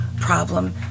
problem